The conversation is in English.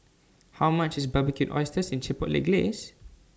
How much IS Barbecued Oysters in Chipotle Glaze